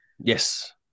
Yes